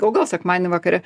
o gal sekmadienį vakare